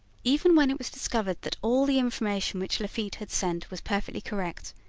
even when it was discovered that all the information which lafitte had sent was perfectly correct,